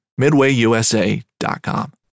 MidwayUSA.com